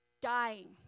dying